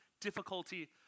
difficulty